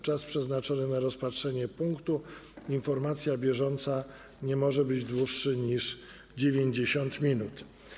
Czas przeznaczony na rozpatrzenie punktu: Informacja bieżąca nie może być dłuższy niż 90 minut.